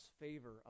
favor